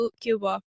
Cuba